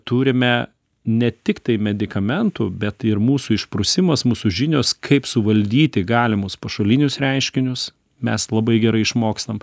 turime ne tiktai medikamentų bet ir mūsų išprusimas mūsų žinios kaip suvaldyti galimus pašalinius reiškinius mes labai gerai išmokstam